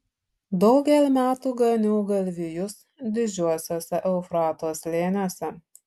daugel metų ganiau galvijus didžiuosiuose eufrato slėniuose